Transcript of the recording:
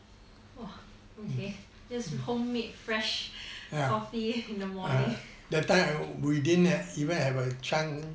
!wow! okay that's homemade fresh coffee in the morning